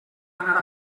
anar